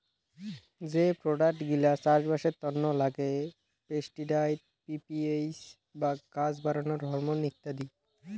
যে প্রোডাক্ট গিলা চাষবাসের তন্ন লাগে পেস্টিসাইড, পি.পি.এইচ বা গাছ বাড়ানোর হরমন ইত্যাদি